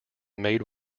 made